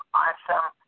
awesome